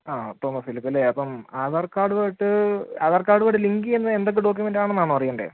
ആ തോമസ് ഫിലിപ്പല്ലേ അപ്പം ആധാർ കാർഡുവായിട്ട് അധാർ കാർഡ് ഇവിടെ ലിങ്ക് ചെയ്യുന്നത് എന്തൊക്കെ ഡോക്ക്യൂമെൻറ്റാണെന്നാണോ അറിയേണ്ടത്